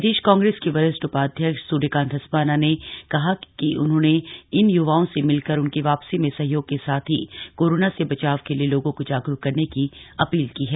प्रदेश कांग्रेस के वरिष्ठ उपाध्यक्ष सूर्यकांत धस्माना ने कहा है कि उन्होंने इन युवाओं से मिलकर उनकी वापसी में सहयोग के साथ ही कोरोना से बचाव के लिए लोगों को जागरूक करने की अपील की है